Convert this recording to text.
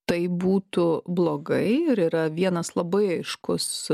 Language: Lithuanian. tai būtų blogai ir yra vienas labai aiškus